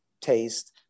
taste